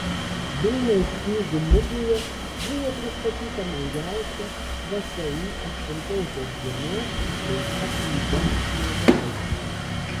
vilniaus knygų mugėje buvo pristatyta naujausia všį aštuntosios dienos išleista knyga mozaika